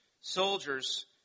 soldiers